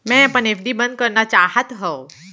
मै अपन एफ.डी बंद करना चाहात हव